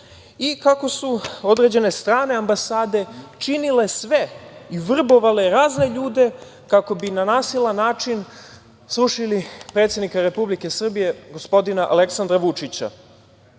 i kako su određene strane ambasade činile sve i vrbovale razne ljude kako bi na nasilan način srušili predsednika Republike Srbije, gospodina Aleksandra Vučića. On